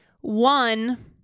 one